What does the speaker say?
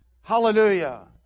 Hallelujah